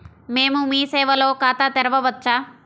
మేము మీ సేవలో ఖాతా తెరవవచ్చా?